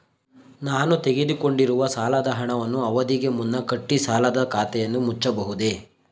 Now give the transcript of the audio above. ನಾನು ತೆಗೆದುಕೊಂಡಿರುವ ಸಾಲದ ಹಣವನ್ನು ಅವಧಿಗೆ ಮುನ್ನ ಕಟ್ಟಿ ಸಾಲದ ಖಾತೆಯನ್ನು ಮುಚ್ಚಬಹುದೇ?